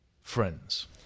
friends